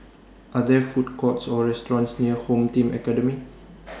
Are There Food Courts Or restaurants near Home Team Academy